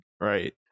right